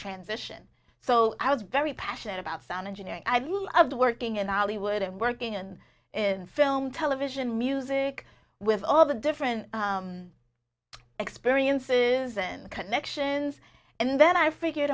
transition so i was very passionate about sound engineering i loved working and ollywood and working and in film television music with all the different experiences and connections and then i figured